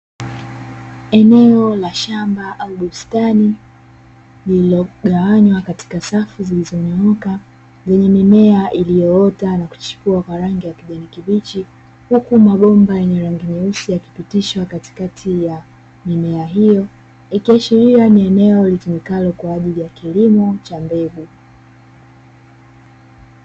Eneo la shamba au bustani lililo gawanywa katika safu zilizonyooka, lenye mimea iliyoota na kuchipua kwa rangi ya kijani kibichi, huku mabomba yenye rangi nyeusi yakipitishwa katikati ya mimea hiyo, ikiashiria ni eneo litumikalo kwa ajili ya kilimo cha mbegu.